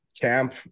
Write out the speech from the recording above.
camp